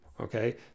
Okay